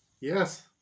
Yes